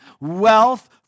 wealth